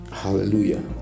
Hallelujah